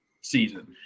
season